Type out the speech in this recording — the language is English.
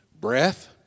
breath